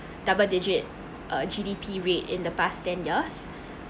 double digit uh G_D_P rate in the past ten years